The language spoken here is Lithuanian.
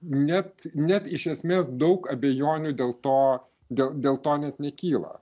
net net iš esmės daug abejonių dėl to dėl dėl to net nekyla